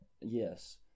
Yes